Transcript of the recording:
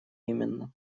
именно